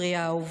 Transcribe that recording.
ספרי האהוב.